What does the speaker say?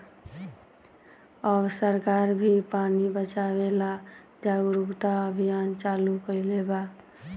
अब सरकार भी पानी बचावे ला जागरूकता अभियान चालू कईले बा